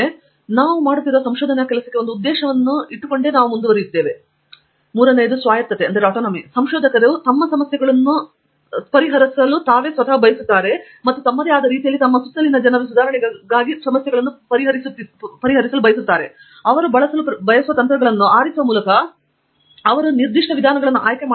ಆದ್ದರಿಂದ ನಾವು ಮಾಡುತ್ತಿರುವ ಕೆಲಸಕ್ಕೆ ಒಂದು ದೊಡ್ಡ ಉದ್ದೇಶವನ್ನು ನಾವು ನೋಡುತ್ತೇವೆ ಮತ್ತು ನಂತರ ಸ್ವಾಯತ್ತತೆ ಸಂಶೋಧಕರು ತಮ್ಮ ಸಮಸ್ಯೆಗಳನ್ನು ಪರಿಹರಿಸಲು ಬಯಸುತ್ತಾರೆ ಮತ್ತು ತಮ್ಮದೇ ಆದ ರೀತಿಯಲ್ಲಿ ತಮ್ಮ ಸುತ್ತಲಿನ ಜನರ ಸುಧಾರಣೆಗಾಗಿ ಸಮಸ್ಯೆಗಳನ್ನು ಪರಿಹರಿಸಲು ಬಯಸುತ್ತಾರೆ ಅವರು ಬಳಸಲು ಬಯಸುವ ತಂತ್ರಗಳನ್ನು ಆರಿಸುವ ಮೂಲಕ ಅವರು ಅಳವಡಿಸಿಕೊಳ್ಳಲು ಬಯಸುವ ನಿರ್ದಿಷ್ಟ ವಿಧಾನಗಳನ್ನು ಆಯ್ಕೆ ಇತ್ಯಾದಿ